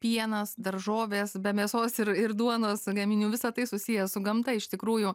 pienas daržovės be mėsos ir ir duonos gaminių visa tai susiję su gamta iš tikrųjų